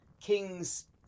kings